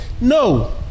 No